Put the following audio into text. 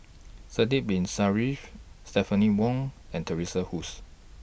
Sidek Bin Saniff Stephanie Wong and Teresa Hsu